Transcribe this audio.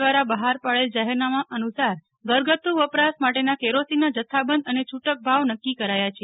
વ્રારા બહાર પાડેલ જાહેરનામા અનુસાર ઘરગથ્થું વપરાશ માટેના કેરોસીનના જથ્થાબંધ અને છૂટક ભાવ નકકી કરાયા છે